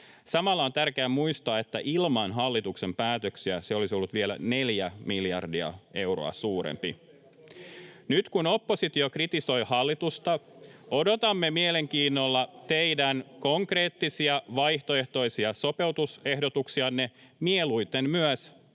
Samalla on tärkeä muistaa, että ilman hallituksen päätöksiä se olisi ollut vielä neljä miljardia euroa suurempi. [Antti Kurvinen: Millä perusteella? Tuo on mielikuvitusta!] Nyt kun oppositio kritisoi hallitusta, odotamme mielenkiinnolla teidän konkreettisia vaihtoehtoisia sopeutusehdotuksianne, mieluiten myös